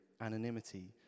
anonymity